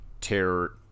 terror